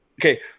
okay